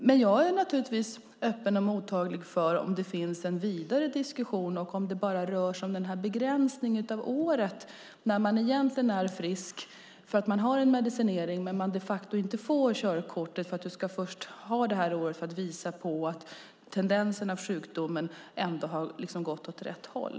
Men jag är öppen och mottaglig om det finns en vidare diskussion och om det bara rör begränsningen av det år när man egentligen är frisk men har en medicinering och inte får tillbaka körkortet för att man ska ha året för att visa att tendensen av sjukdomen har gått åt rätt håll.